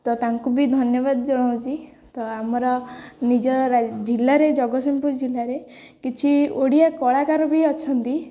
ତ ତାଙ୍କୁ ବି ଧନ୍ୟବାଦ ଜଣାଉଛି ତ ଆମର ନିଜ ଜିଲ୍ଲାରେ ଜଗତସିଂହପୁର ଜିଲ୍ଲାରେ କିଛି ଓଡ଼ିଆ କଳାକାର ବି ଅଛନ୍ତି